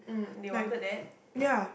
like yeah